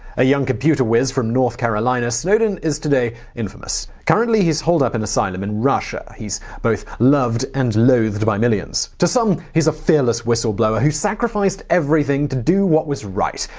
a young computer whizz from north carolina, snowden is today infamous. currently holed up in asylum in russia, he's both loved and loathed by millions. to some, he's a fearless whistleblower who sacrificed everything to do what was right.